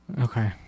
Okay